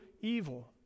evil